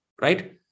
right